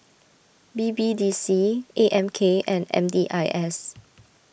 B B D C A M K and M D I S